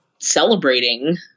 celebrating